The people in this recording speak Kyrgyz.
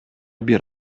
бир